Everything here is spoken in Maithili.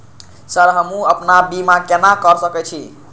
सर हमू अपना बीमा केना कर सके छी?